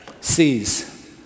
sees